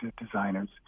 designers